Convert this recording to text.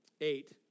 eight